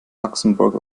luxembourg